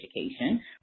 education